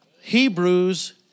Hebrews